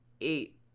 eight